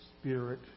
Spirit